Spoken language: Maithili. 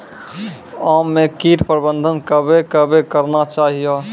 आम मे कीट प्रबंधन कबे कबे करना चाहिए?